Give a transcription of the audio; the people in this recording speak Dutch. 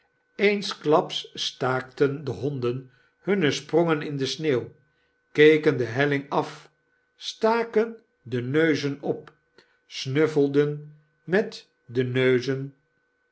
eensllaps staakten de honden hunne sprongen in de sneeuw keken de helling af staken de neuzen op snuffelden met de neuzen